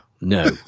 no